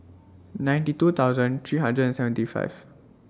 ninety two thousand three hundred and seventy five